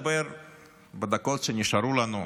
בדקות שנשארו לנו,